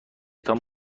تان